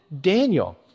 Daniel